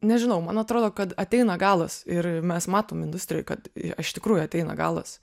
nežinau man atrodo kad ateina galas ir mes matom industrijoj kad iš tikrųjų ateina galas